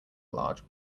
large